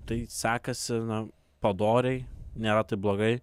tai sekasi na padoriai nėra taip blogai